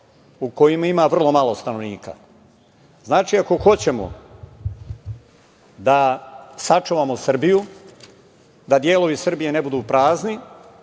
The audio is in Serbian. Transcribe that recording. u kojima ima vrlo malo stanovnika. Znači, ako hoćemo da sačuvamo Srbiju, da delovi Srbije ne budu prazni,